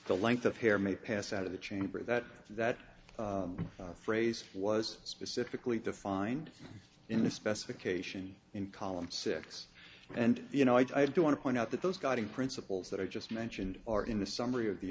the length of hair may pass out of the chamber that that phrase was specifically defined in the specification in column six and you know i do want to point out that those guiding principles that i just mentioned are in the summary of the